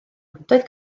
doedd